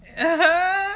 (uh huh)